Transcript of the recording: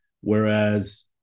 whereas